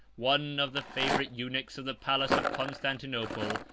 one of the favorite eunuchs of the palace of constantinople,